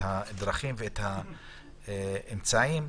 הדרכים והאמצעים.